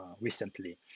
recently